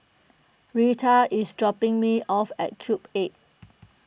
Reta is dropping me off at Cube eight